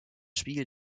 spiel